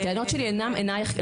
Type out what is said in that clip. הטענות שלי אינן אליך.